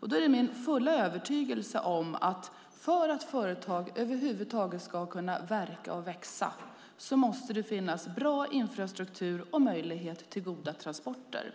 Det är min fulla övertygelse att för att företag över huvud taget ska kunna verka och växa måste det finnas bra infrastruktur och möjlighet till goda transporter.